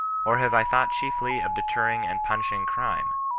or have i thought chiefly of deterring and pimishing crime?